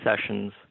Sessions